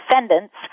defendants